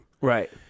Right